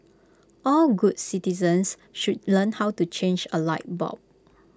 all good citizens should learn how to change A light bulb